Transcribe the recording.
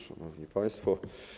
Szanowni Państwo!